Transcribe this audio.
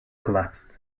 collapsed